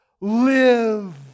live